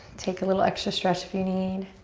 take a little extra stretch if you need.